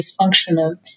dysfunctional